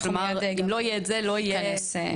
אנחנו מיד נגיע גם לזה.